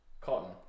cotton